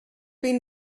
been